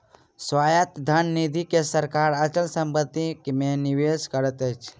स्वायत्त धन निधि के सरकार अचल संपत्ति मे निवेश करैत अछि